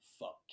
fuck